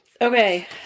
Okay